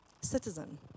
citizen